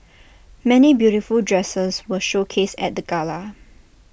many beautiful dresses were showcased at the gala